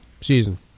season